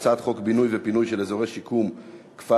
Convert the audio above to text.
הצעת חוק בינוי ופינוי של אזורי שיקום (כפר-שלם),